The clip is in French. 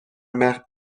mer